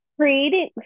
creating